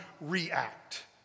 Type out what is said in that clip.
react